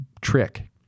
trick